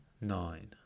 nine